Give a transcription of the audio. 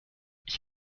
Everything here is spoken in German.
ich